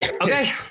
Okay